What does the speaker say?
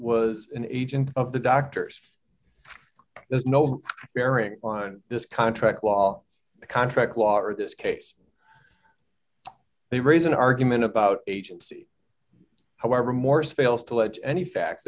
was an agent of the doctors there is no bearing on this contract law contract law or this case they raise an argument about agency however morris fails to lead any facts